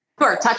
Sure